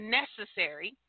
necessary